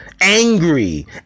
angry